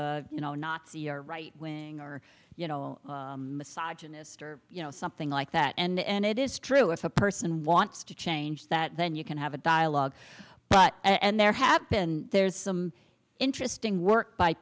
is you know nazi or right wing or you know you know something like that and it is true if a person wants to change that then you can have a dialogue but and there happen there's some interesting work by